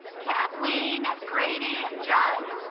kathleen graddy judd